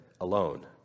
alone